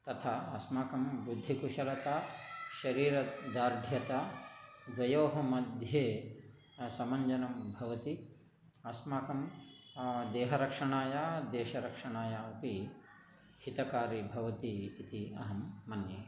तथा अस्माकं बुद्धिकुशलता शरीरदार्ढ्यता द्वयोः मध्ये समञ्जनं भवति अस्माकं देहरक्षणाय देशरक्षणाय अपि हितकारि भवति इति अहं मन्ये